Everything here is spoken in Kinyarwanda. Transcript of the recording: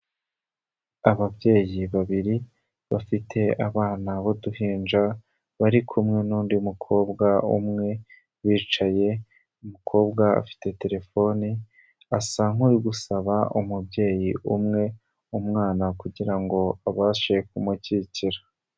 Ababyeyi babiri bafite abana b'uduhinja bari kumwe n'undi mukobwa umwe bicaye umukobwa afite telefoni asa nk'uri gusaba umubyeyi umwe umwana kugira ngo abashe kumukikira.